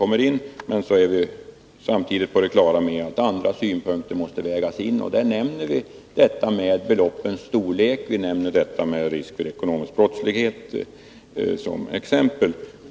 Men samtidigt är vi på det klara med att andra synpunkter måste vägas in, och vi nämner då beloppens storlek och risken för ekonomisk brottslighet som exempel.